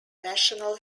national